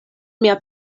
mia